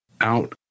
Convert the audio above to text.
out